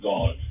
God